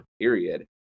period